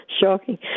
Shocking